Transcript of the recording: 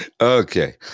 Okay